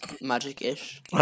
magic-ish